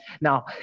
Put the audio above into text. Now